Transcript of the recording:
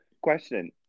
question